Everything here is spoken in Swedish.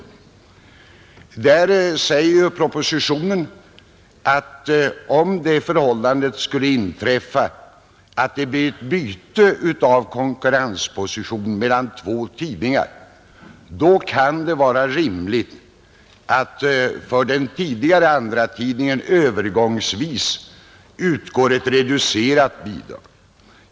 I det avseendet anför departementschefen i propositionen: ”Skulle det förhållandet inträffa att det blir ett byte av konkurrensposition mellan två tidningar, kan det vara rimligt att för den tidigare andratidningen övergångsvis utgår ett reducerat bidrag.